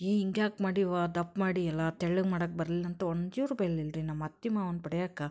ಏ ಹಿಂಗ್ಯಾಕೆ ಮಾಡೀವ್ವಾ ದಪ್ಪ ಮಾಡೀಯಲ್ಲ ತೆಳ್ಳಗೆ ಮಾಡಕ್ಕೆ ಬರಲಿಲ್ಲಂತ ಒಂದು ಚೂರೂ ಬೈಲಿಲ್ಲ ರೀ ನಮ್ಮ ಅತ್ತೆ ಮಾವನ ಪಡಿಯಕ್ಕ